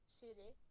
city